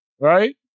right